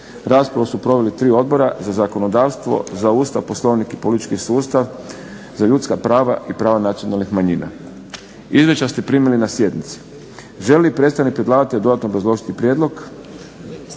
Raspravu su proveli 3 odbora, za zakonodavstvo, za Ustav, Poslovnik i politički sustav, za ljudska prava i prava nacionalnih manjina. Izvješća ste primili na sjednici. Želi li predstavnik predlagatelja dodatno obrazložiti prijedlog?